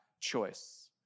choice